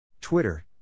Twitter